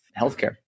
healthcare